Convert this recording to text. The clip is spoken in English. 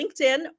LinkedIn